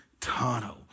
Tunnel